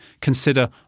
consider